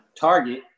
target